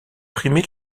primer